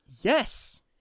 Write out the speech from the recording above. Yes